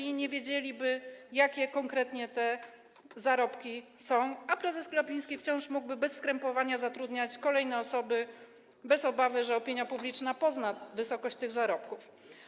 Polacy nie wiedzieliby, jakie konkretnie te zarobki są, a prezes Glapiński wciąż mógłby bez skrępowania zatrudniać kolejne osoby - bez obawy, że opinia publiczna pozna wysokość ich zarobków.